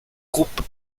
groupes